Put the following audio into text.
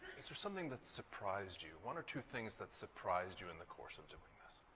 is there something that surprised you? one or two things that surprised you in the course of doing this?